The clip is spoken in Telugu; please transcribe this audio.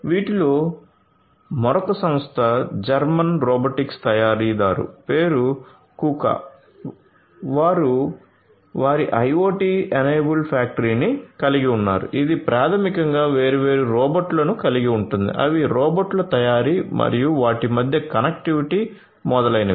వీటిలో మరొక సంస్థ జెర్మెన్ రోబోటిక్స్ తయారీదారు పేరు కుకా వారు వారి ఐఒటి ఎనేబుల్డ్ ఫ్యాక్టరీని కలిగి ఉన్నారు ఇది ప్రాథమికంగా వేర్వేరు రోబోట్లను కలిగి ఉంటుంది అవి రోబోట్ల తయారీ మరియు వాటి మధ్య కనెక్టివిటీ మొదలైనవి